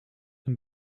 een